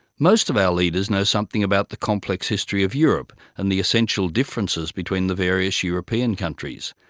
most of our leaders know something about the complex history of europe and the essential differences between the various european countries.